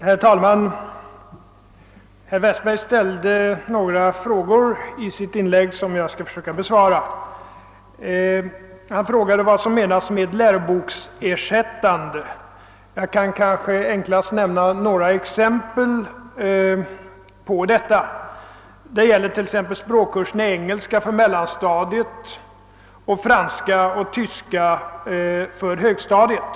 Herr talman! Herr Westberg i Ljusdal ställde några frågor i sitt inlägg som jag skall försöka besvara. Bland annat frågade han vad som menas med uttrycket »läroboksersättande», och jag kan kanske svara enklast genom att nämna några exempel. Som läroboksersättande räknas språkkurserna i engelska för mellanstadiet och i franska och tyska för högstadiet.